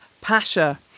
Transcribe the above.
Pasha